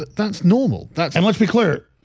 that's normal that's how much we clear.